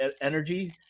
energy